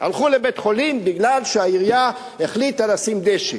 הלכו לבית-חולים מפני שהעירייה החליטה לשים דשא.